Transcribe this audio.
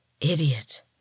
Idiot